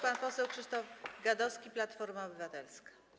Pan poseł Krzysztof Gadowski, Platforma Obywatelska.